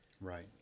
Right